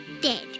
dead